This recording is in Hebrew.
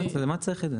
למה צריך את זה?